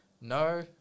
No